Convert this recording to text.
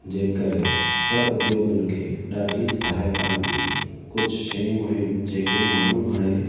जंहिं करे त उद्योगनि खे ॾाढी सहायता मिली कुझु शयूं आहिनि जेके माण्हू हाणे